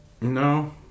no